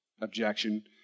objection